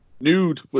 Nude